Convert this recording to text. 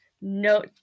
No